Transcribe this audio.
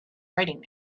writing